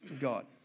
God